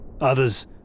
Others